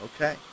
Okay